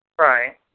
Right